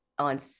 on